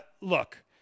Look